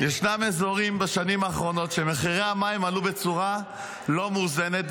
ישנם אזורים בשנים האחרונות שבהם מחירי המים עלו בצורה לא מאוזנת,